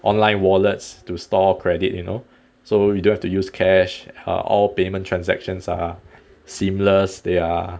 online wallets to store credit you know so you don't have to use cash uh all payment transactions are seamless they are